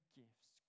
gifts